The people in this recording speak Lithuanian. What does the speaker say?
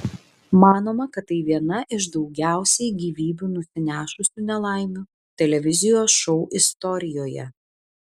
manoma kad tai viena iš daugiausiai gyvybių nusinešusių nelaimių televizijos šou istorijoje